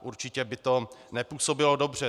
Určitě by to nepůsobilo dobře.